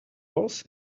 holes